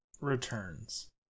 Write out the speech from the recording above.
Returns